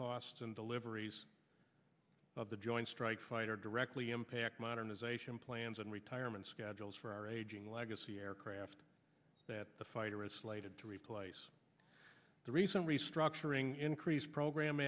costs and deliveries of the joint strike fighter directly impact modernization plans and retirement schedules for our aging legacy aircraft that the fighter is slated to replace the recent restructuring increase program